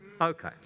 Okay